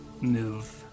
move